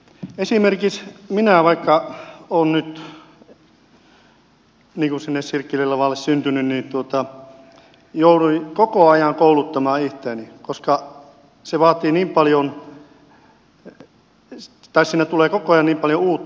esimerkiksi minä vaikka olen niin kuin sinne sirkkelin lavalle syntynyt jouduin koko ajan kouluttamaan itseäni koska siinä ammatissa tulee koko ajan niin paljon uutta